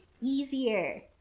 easier